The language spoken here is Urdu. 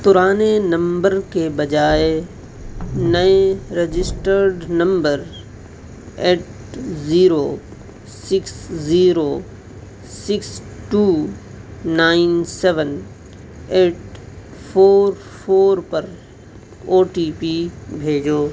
پرانے نمبر کے بجائے نئے registered number eight zero six zero six two nine seven eight four four پر او ٹی پی بھیجو